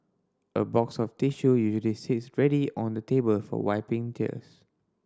a box of tissue usually sits ready on the table for wiping tears